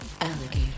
alligator